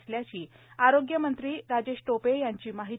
असल्याची आरोग्य मंत्री राजेश टोपे यांची माहिती